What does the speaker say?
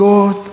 God